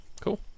cool